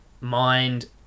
mind